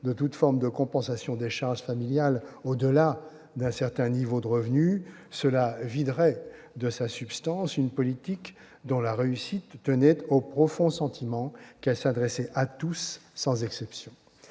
de toute forme de compensation des charges familiales au-delà d'un certain niveau de revenu, cela viderait de sa substance une politique dont la réussite tenait au profond sentiment qu'elle s'adressait à tous, sans exception.